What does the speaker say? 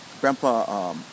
Grandpa